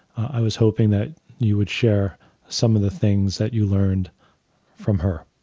i was hoping that you would share some of the things that you learned from her.